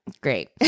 great